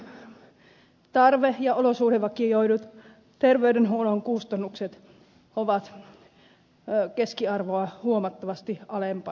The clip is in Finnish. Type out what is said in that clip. kuitenkin tarve ja olosuhdevakioidut tervey denhuollon kustannukset ovat keskiarvoa huomattavasti alempana